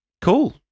cool